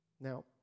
Now